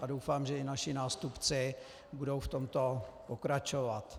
A doufám, že i naši nástupci budou v tomto pokračovat.